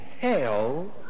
hell